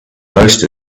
most